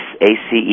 A-C-E